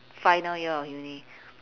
final year of uni